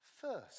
First